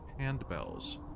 handbells